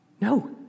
No